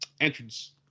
entrance